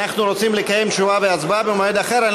אנחנו רוצים לקיים תשובה והצבעה במועד אחר.